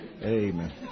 Amen